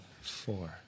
four